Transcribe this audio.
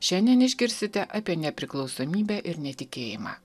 šiandien išgirsite apie nepriklausomybę ir netikėjimą